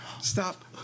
Stop